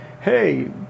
hey